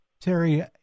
Terry